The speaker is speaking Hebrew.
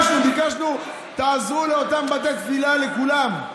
ביקשנו שתעזרו לאותם בתי תפילה, לכולם.